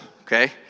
okay